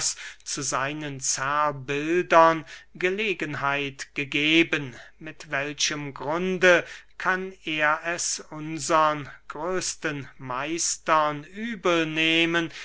zu seinen zerrbildern gelegenheit gegeben mit welchem grunde kann er es unsern größten meistern